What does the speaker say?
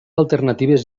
alternatives